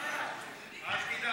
סעיף 1 נתקבל.